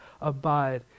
abide